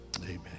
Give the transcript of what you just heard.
Amen